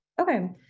Okay